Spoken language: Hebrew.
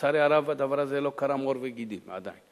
לצערי הרב, הדבר הזה לא קרם עור וגידים עדיין.